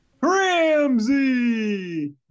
ramsey